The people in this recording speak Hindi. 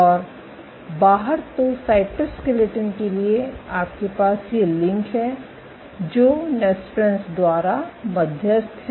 और बाहर तो साइटोस्केलेटन के लिए आपके पास ये लिंक हैं जो नेस्प्रेन्स द्वारा मध्यस्थ हैं